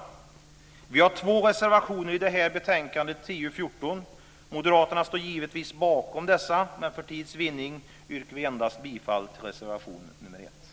Vi har två reservationer i betänkande TU14. Moderaterna står givetvis bakom dessa, men för tids vinning yrkar vi bifall endast till reservation nr 1.